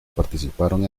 participaron